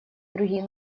другие